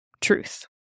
Truth